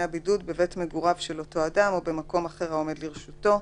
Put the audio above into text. הבידוד בבית מגוריו של אותו אדם או במקום אחר העומד לרשותו,